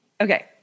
Okay